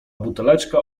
buteleczka